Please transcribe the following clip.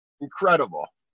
incredible